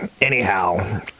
Anyhow